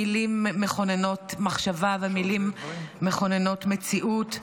מילים מכוננות מחשבה ומילים מכוננות מציאות,